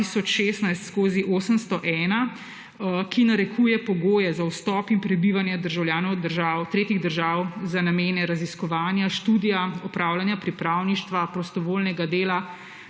2016/801, ki narekuje pogoje za vstop in prebivanje državljanov tretjih držav za namene raziskovanja, študija, opravljanja pripravništva, prostovoljnega dela,